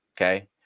okay